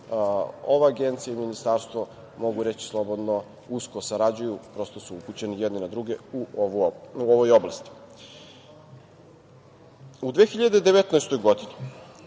ova agencija i ministarstvo, mogu reći slobodno, usko sarađuju, prosto su upućeni jedni na druge u ovoj oblasti.U 2019. godini